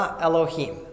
Elohim